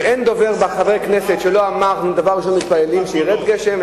ואין דובר בין חברי הכנסת שלא אמר: אנחנו דבר ראשון מתפללים שירד גשם,